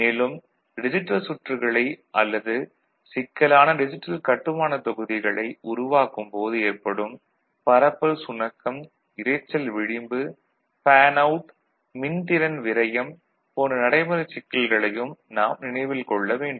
மேலும் டிஜிட்டல் சுற்றுகளை அல்லது சிக்கலான டிஜிட்டல் கட்டுமானத் தொகுதிகளை உருவாக்கும் போது ஏற்படும் பரப்பல் சுணக்கம் இரைச்சல் விளிம்பு ஃபேன் அவுட் மின்திறன் விரயம் போன்ற நடைமுறைச் சிக்கல்களையும் நாம் நினைவில் கொள்ள வேண்டும்